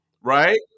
Right